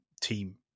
team